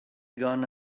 gone